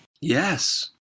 Yes